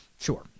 Sure